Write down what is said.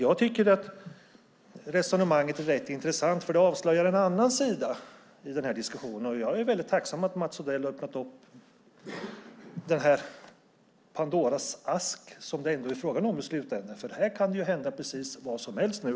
Jag tycker att resonemanget är rätt intressant, för det avslöjar en annan sida. Jag är väldigt tacksam för att Mats Odell har öppnat Pandoras ask som det är frågan om. Här kan det ju hända vad som helst nu.